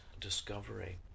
discovery